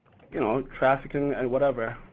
you know, trafficking and whatever.